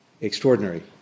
extraordinary